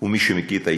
ומי שמכיר את ההיסטוריה,